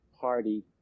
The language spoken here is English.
party